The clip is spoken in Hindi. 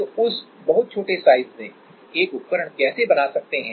तो उस बहुत छोटे साइज में एक उपकरण कैसे बना सकते हैं